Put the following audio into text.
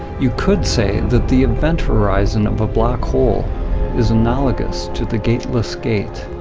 you could say that the event horizon of a black hole is analogous to the gateless gate.